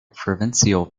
provincial